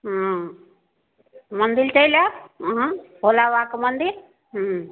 हूँ मन्दिर चलि आयब अहाँ भोला बाबाके मन्दिर हूँ